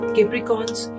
Capricorns